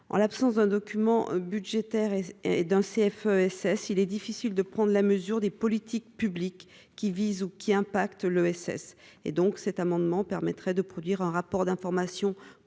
en l'absence d'un document budgétaire et d'un CF SS, il est difficile de prendre la mesure des politiques publiques qui visent au qui impacte l'ESS et donc cet amendement permettrait de produire un rapport d'information complet